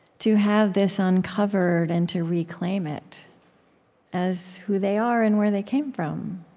to have this uncovered and to reclaim it as who they are and where they came from?